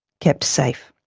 kept safe.